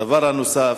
הדבר הנוסף,